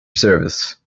service